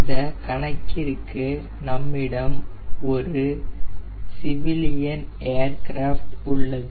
இந்த கணக்கிற்கு நம்மிடம் ஒரு சிவிலியன் ஏர்கிராஃப்ட்civilian aircraft உள்ளது